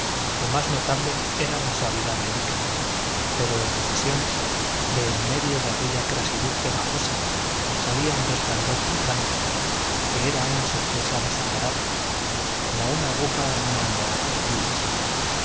lo más notable era la suavidad de liquen pero en ocasiones de en medio de aquella crasitud pegajosa salía un resplandor punzante que era una sorpresa desagradable como una aguja en una almohada de plumas